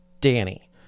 danny